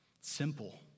simple